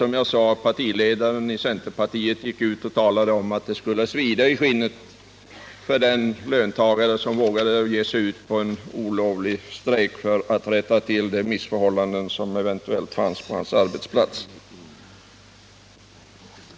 Som jag sade gick centerns partiledare ut och talade om att det skulle svida i skinnet på den löntagare som vågade ge sig in i en olovlig strejk för att rätta till de missförhållanden som eventuellt fanns på hans arbetsplats.